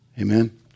Amen